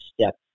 step